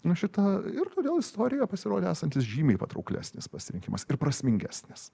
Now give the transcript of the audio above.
na šita ir todėl istorija pasirodė esantis žymiai patrauklesnis pasirinkimas ir prasmingesnis